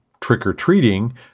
trick-or-treating